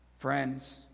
Friends